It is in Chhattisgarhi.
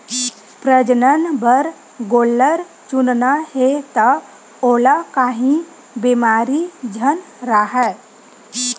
प्रजनन बर गोल्लर चुनना हे त ओला काही बेमारी झन राहय